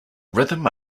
rhythm